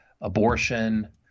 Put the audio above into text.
abortion